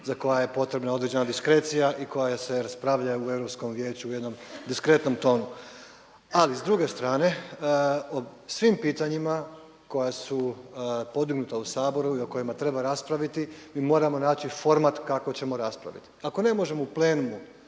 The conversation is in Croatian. za koja je potrebna određena diskrecija i koja se raspravljaju u Europskom vijeću u jednom diskretnom tonu. Ali s druge strane o svim pitanjima koja su podignuta u Saboru i o kojima treba raspraviti mi moramo naći format kako ćemo raspraviti. Ako ne možemo u plenumu